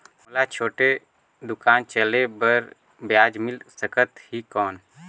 मोला छोटे दुकान चले बर ब्याज मिल सकत ही कौन?